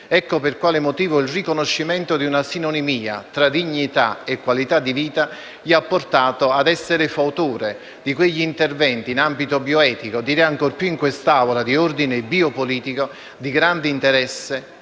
Ecco per quale motivo il riconoscimento di una sinonimia tra dignità e qualità di vita lo ha portato ad essere fautore di quegli interventi in ambito bioetico e direi ancor più, in quest'Aula, di ordine biopolitico di grande interesse,